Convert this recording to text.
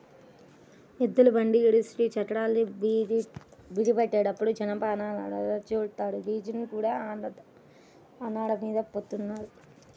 ఎద్దుల బండి ఇరుసుకి చక్రాల్ని బిగించేటప్పుడు జనపనారను చుడతారు, గ్రీజుని కూడా ఆ నారమీద పోత్తారు